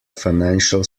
financial